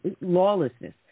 Lawlessness